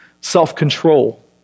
self-control